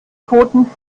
pfoten